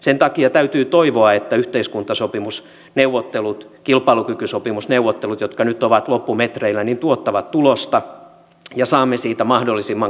sen takia täytyy toivoa että yhteiskuntasopimusneuvottelut kilpailukykysopimusneuvottelut jotka nyt ovat loppumetreillä tuottavat tulosta ja saamme siitä mahdollisimman kattavan